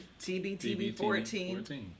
TBTB14